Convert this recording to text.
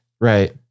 Right